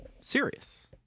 serious